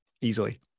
Easily